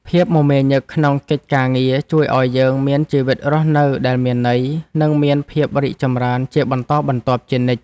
ភាពមមាញឹកក្នុងកិច្ចការងារជួយឱ្យយើងមានជីវិតរស់នៅដែលមានន័យ និងមានភាពរីកចម្រើនជាបន្តបន្ទាប់ជានិច្ច។